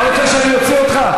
אתה רוצה שאני אוציא אותך?